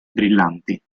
brillanti